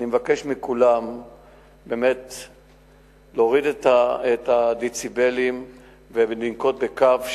אני מבקש מכולם להוריד את הדציבלים ולנקוט קו,